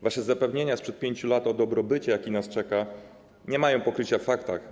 Wasze zapewnienia sprzed 5 lat o dobrobycie, jaki nas czeka, nie mają pokrycia w faktach.